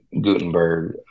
gutenberg